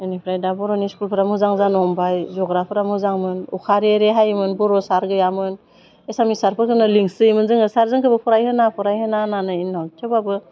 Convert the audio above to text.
बेनिफ्राय दा बर'नि स्कुलफोरा मोजां जानो हमबाय जग्राफोरा मोजांमोन अखा रे रे हायोमोन बर' सार गैयामोन एसामिस सारखौ जोङो लिंस्रोयोमोन जोङो सार जोंखौबो फरायहोना फरायहोना होन्नानै उनाव थेवबाबो